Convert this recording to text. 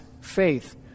faith